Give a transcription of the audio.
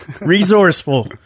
resourceful